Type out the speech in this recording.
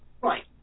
Right